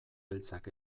beltzak